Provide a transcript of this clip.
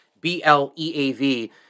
B-L-E-A-V